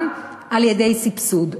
גם על-ידי סבסוד.